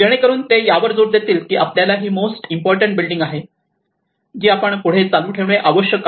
जेणेकरून ते यावर जोर देतील की आपल्याला ही मोस्ट इम्पॉर्टन्ट बिल्डींग आहे जी आपण पुढे चालू ठेवणे आवश्यक आहे